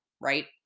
Right